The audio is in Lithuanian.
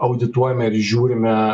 audituojame ir žiūrime